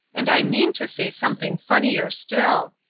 and i mean to say something funnier still.